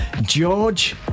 George